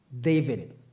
david